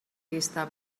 vista